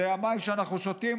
זה המים שאנחנו שותים,